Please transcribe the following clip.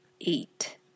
eight